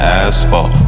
asphalt